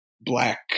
Black